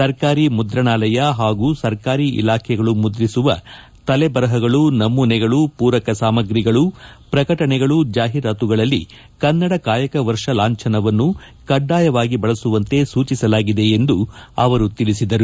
ಸರ್ಕಾರಿ ಮುದ್ರಣಾಲಯ ಪಾಗೂ ಸರ್ಕಾರಿ ಇಲಾಖೆಗಳು ಮುದ್ರಿಸುವ ತಲೆಬರಹಗಳು ನಮೂನೆಗಳು ಪೂರಕ ಸಾಮಗ್ರಿಗಳು ಪ್ರಕಟಣೆಗಳು ಜಾಹಿರಾತುಗಳಲ್ಲಿ ಕನ್ನಡ ಕಾಯಕ ವರ್ಷ ಲಾಂಭನವನ್ನು ಕಡ್ಡಾಯವಾಗಿ ಬಳಸುವಂತೆ ಸೂಚಿಸಲಾಗಿದೆ ಎಂದು ಅವರು ತಿಳಿಸಿದರು